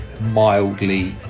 mildly